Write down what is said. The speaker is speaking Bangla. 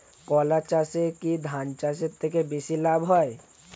কলা চাষে কী ধান চাষের থেকে বেশী লাভ হয়?